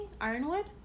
Ironwood